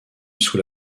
sous